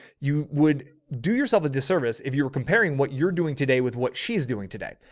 you would. do yourself a disservice, if you were comparing what you're doing today, with what she's doing today,